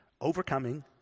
Overcoming